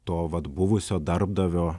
to vat buvusio darbdavio